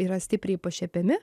yra stipriai pašiepiami